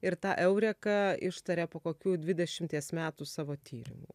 ir tą eureką ištaria po kokių dvidešimies metų savo tyrimų